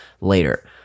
later